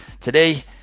Today